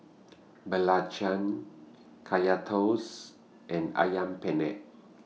Belacan Kaya Toast and Ayam Penyet